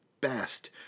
best